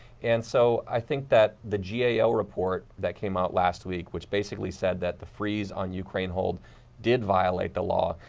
and so, i think that the gao report that came out last week which basically said that the freeze on ukraine whole did violate the law.